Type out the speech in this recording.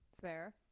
fair